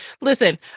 listen